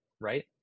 right